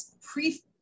pre-